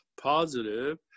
positive